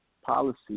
Policy